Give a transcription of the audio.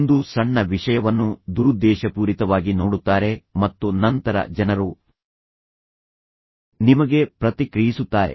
ಒಂದು ಸಣ್ಣ ವಿಷಯವನ್ನು ದುರುದ್ದೇಶಪೂರಿತವಾಗಿ ನೋಡುತ್ತಾರೆ ಮತ್ತು ನಂತರ ಜನರು ನಿಮಗೆ ಪ್ರತಿಕ್ರಿಯಿಸುತ್ತಾರೆ